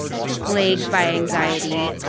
plagued by anxiety, ah